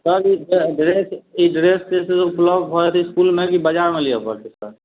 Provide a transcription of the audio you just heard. sir ई dress ई dress जे छै से उपलब्ध भऽ जएतै इसकुलमे कि बाजारमे लिअऽ पड़तै सर